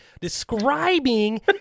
describing